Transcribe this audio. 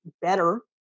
better